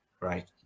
right